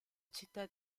città